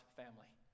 family